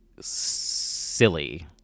silly